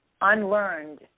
unlearned